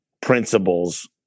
principles